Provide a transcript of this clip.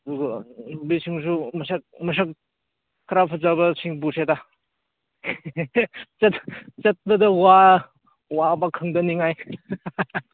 ꯑꯗꯨꯒ ꯃꯤꯁꯤꯡꯁꯨ ꯃꯁꯛ ꯃꯁꯛ ꯈꯔ ꯐꯖꯕꯁꯤꯡ ꯄꯨꯁꯦꯗ ꯆꯠꯄꯗ ꯋꯥꯕ ꯈꯪꯗꯅꯤꯡꯉꯥꯏ